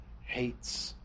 hates